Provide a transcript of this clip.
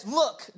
look